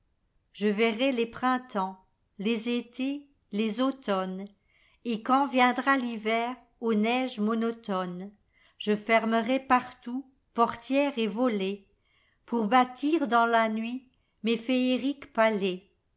je verrai les printemps les étés les automnes et quand viendra l'hiver aux neiges monotones je fermerai partout portières et voletspour bâtir dans la nuit mes féeriques palais